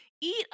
eat